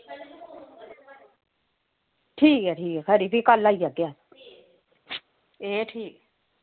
ठीक ऐ ठीक ऐ खरी फिर कल आई जाह्गे अस एह् ठीक ऐ